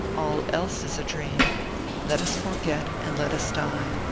all else is a dream let us forget and let us die.